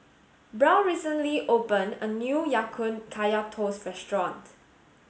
Brown recently opened a new Ya Kun Kaya toast restaurant